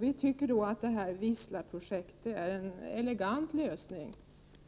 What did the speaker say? Vi tycker då att Wisla-projektet är en elegant lösning,